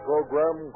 Program